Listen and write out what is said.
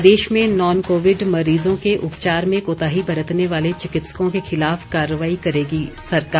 प्रदेश में non Covid मरीजों के उपचार में कोताही बरतने वाले चिकित्सकों के खिलाफ कार्रवाई करेगी सरकार